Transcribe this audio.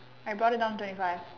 I brought it down twenty five